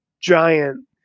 Giant